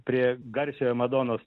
prie garsiojo madonos